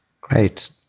Great